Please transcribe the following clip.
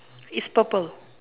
it's purple